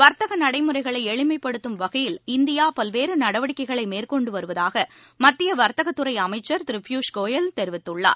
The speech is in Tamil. வர்த்தக நடைமுறைகளை எளிமைப்படுத்தும் வகையில் இந்தியா பல்வேறு நடவடிக்கைகளை மேற்கொண்டு வருவதாக மத்திய வர்த்தகத்துறை அமைச்சர் திரு பியூஷ் கோயல் தெரிவித்துள்ளார்